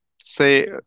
say